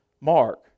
Mark